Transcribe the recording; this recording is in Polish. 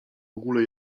ogóle